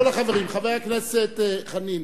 חבר הכנסת חנין,